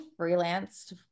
freelanced